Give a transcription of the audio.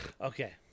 Okay